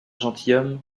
gentilhomme